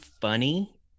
funny